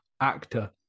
actor